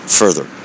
further